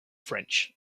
french